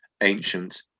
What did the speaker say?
ancient